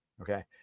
Okay